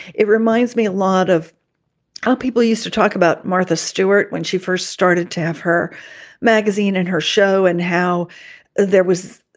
it reminds me a lot of how people used to talk about martha stewart when she first started to have her magazine and her show and how there was,